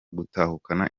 gutahukana